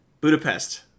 Budapest